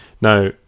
Now